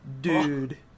dude